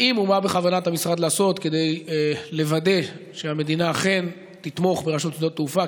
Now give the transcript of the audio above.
מה בכוונת המשרד לעשות כדי לוודא שהמדינה אכן תתמוך ברשות שדות התעופה,